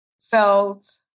felt